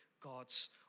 God's